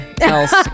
else